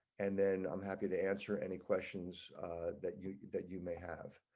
and then i'm happy to answer any questions that you that you may have.